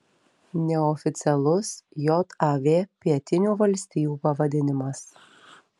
neoficialus jav pietinių valstijų pavadinimas